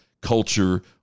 culture